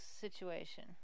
situation